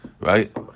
right